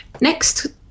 Next